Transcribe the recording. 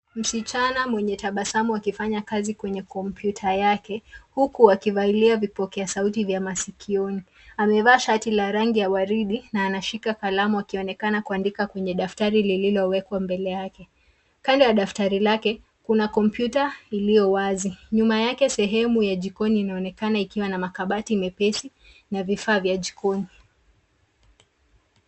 Msichana mwenye tabasamu akifanya kazi kwenye kompyuta yake, huku akivalia vipokea sauti vya masikioni. Amevaa shati la rangi ya waridi na anashika kalamu akionekana kuandika kwenye daftari lililowekwa mbele yake. Kando ya daftari lake, kuna kompyuta iliowazi. Nyuma yake, sehemu ya jikoni inaonekana ikiwa na makabati mepesi na vifaa vya jikoni.